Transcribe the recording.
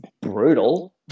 brutal